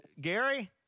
Gary